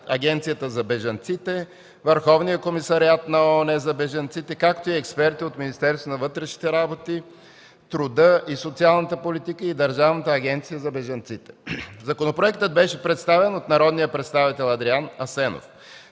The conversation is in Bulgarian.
Агенцията за бежанците, Върховния комисариат на ООН за бежанците, както и експерти от Министерство на вътрешните работи, Министерство на труда и социалната политика и Държавната агенция за бежанците. Законопроектът беше представен от народния представител Адриан Христов